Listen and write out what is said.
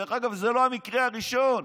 דרך אגב, זה לא המקרה הראשון.